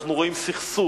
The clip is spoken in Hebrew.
כשאנחנו רואים סכסוך,